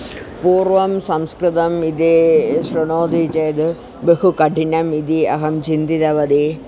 पूर्वं संस्कृतम् इति शृणोति चेद् बहु कठिनम् इति अहं चिन्तितवती